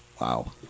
Wow